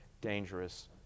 dangerous